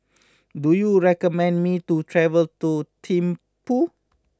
do you recommend me to travel to Thimphu